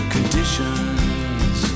Conditions